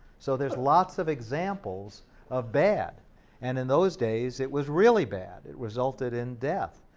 so there's lots of examples of bad and in those days, it was really bad. it resulted in death,